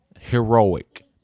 heroic